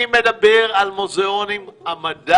אני מדבר על מוזיאוני המדע.